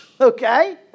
okay